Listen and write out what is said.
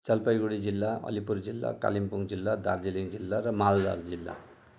जलपाइगुढी जिल्ला अलिपुर जिल्ला कालिम्पोङ जिल्ला दार्जिलिङ जिल्ला र मालदा जिल्ला